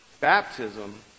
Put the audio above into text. baptism